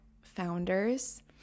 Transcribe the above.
founders